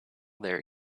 there